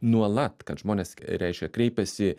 nuolat kad žmonės reiškia kreipiasi